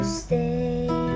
stay